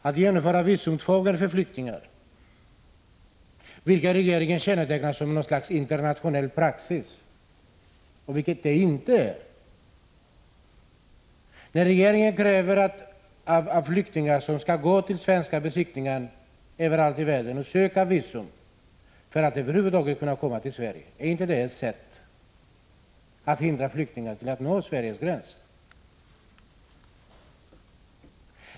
Att genomföra visumtvång för flyktingar betecknar regeringen som något slags internationell praxis, vilket det inte är. När regeringen kräver att flyktingar skall gå till svenska beskickningar överallt i världen och söka visum för att över huvud taget kunna komma till Sverige — är inte det ett sätt att hindra flyktingar från att nå Sveriges gräns?